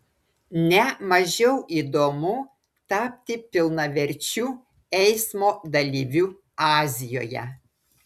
ne mažiau įdomu tapti pilnaverčiu eismo dalyviu azijoje